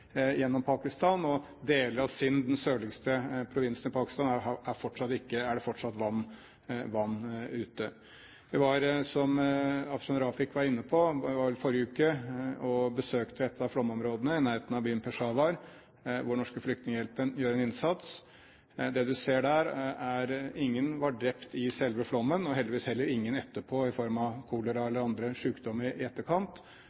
gjennom Pakistan, og i deler av Sind, den sørligste provinsen i Pakistan, er det fortsatt vann ute. Vi var, som Afshan Rafiq var inne på, i forrige uke og besøkte et av flomområdene i nærheten av byen Peshawar, hvor den norske flyktninghjelpen gjør en innsats. Det du ser der, er at ingen døde i selve flommen og heldigvis heller ingen etterpå i form av kolera eller andre sykdommer i etterkant,